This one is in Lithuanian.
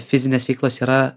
fizinės veiklos yra